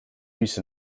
use